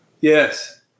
Yes